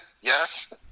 Yes